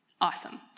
awesome